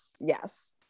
Yes